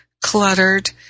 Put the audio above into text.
cluttered